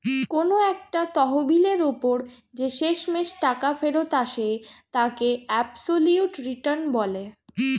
কোন একটা তহবিলের ওপর যে শেষমেষ টাকা ফেরত আসে তাকে অ্যাবসলিউট রিটার্ন বলে